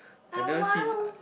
I never seen I